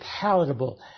palatable